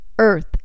earth